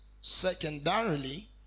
Secondarily